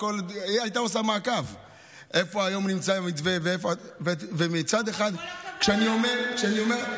אתה מגיע ואומר לנו: